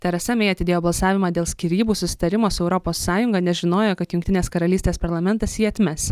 teresa mey atidėjo balsavimą dėl skyrybų susitarimo su europos sąjunga nes žinojo kad jungtinės karalystės parlamentas jį atmes